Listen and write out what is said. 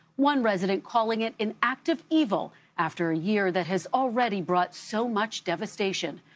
one resident calling it an act of evil after a year that has already brought so much devastation.